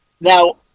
Now